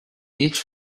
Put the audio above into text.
each